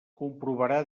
comprovarà